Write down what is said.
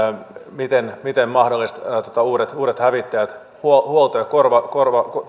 miten miten mahdollisesti hoidetaan uusien hävittäjien huolto huolto ja